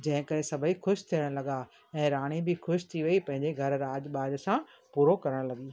जंहिं करे सभई ख़ुशि थियणु लॻा ऐं राणी बि ख़ुशि थी वई पंहिंजे घर राज ॿाज सां पूरो करणु लॻी